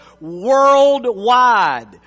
worldwide